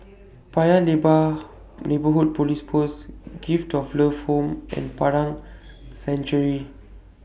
Paya Lebar Neighbourhood Police Post Gift of Love Home and Padang Century